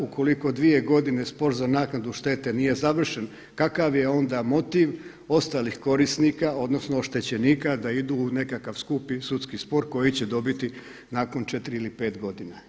Ukoliko dvije godine spor za naknadu štete nije završen, kakav je onda motiv ostalih korisnika, odnosno oštećenika da idu u nekakav skupi sudski spor koji će dobiti nakon 4 ili 5 godina?